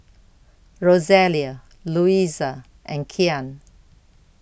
Rosalia Luisa and Kyan